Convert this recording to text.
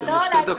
יש לנו שתי דקות.